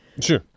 Sure